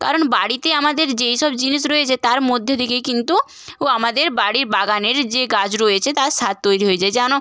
কারণ বাড়িতে আমাদের যেই সব জিনিস রয়েছে তার মধ্যে থেকেই কিন্তু উ আমাদের বাড়ির বাগানের যে গাছ রয়েছে তার সার তৈরি হয়ে যায় যেন